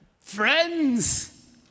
Friends